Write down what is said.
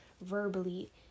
verbally